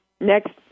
next